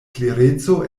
klereco